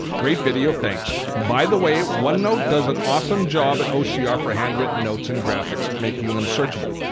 great video. thanks! by the way, one note does an awesome job at ocr ah for handwritten notes and graphics, making them searchable.